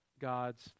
God's